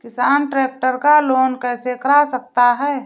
किसान ट्रैक्टर का लोन कैसे करा सकता है?